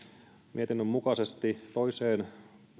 mietinnön mukaisesti toiseen